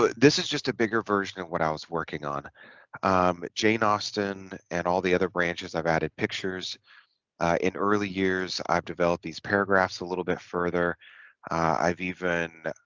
but this is just a bigger version of what i was working on jane austen and all the other branches i've added pictures in early years i've developed these paragraphs a little bit further i've even